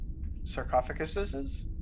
sarcophaguses